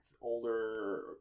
older